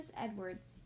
Edwards